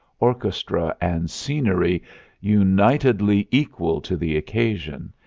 orchestra and scenery unitedly equal to the occasion,